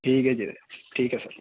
ٹھیک ہے جی ٹھیک ہے سر